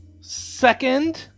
Second